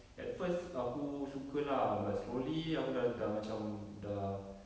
at first aku suka lah but slowly aku dah dah macam dah